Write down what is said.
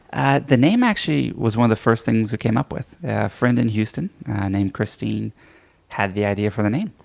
the name actually was one of the first things we came up with. a friend in houston named christine had the idea for the name.